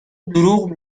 دروغ